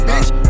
Bitch